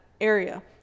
area